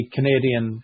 Canadian